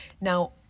Now